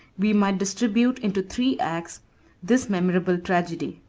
we might distribute into three acts this memorable tragedy.